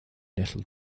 little